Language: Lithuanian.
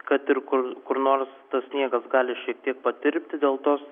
kad ir kur kur nors tas sniegas gali šiek tiek patirpti dėl tos